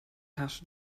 herrschte